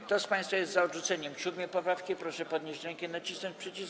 Kto z państwa jest za odrzuceniem 7. poprawki, proszę podnieść rękę i nacisnąć przycisk.